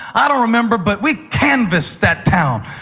i don't remember, but we canvassed that town.